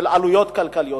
עלויות כלכליות.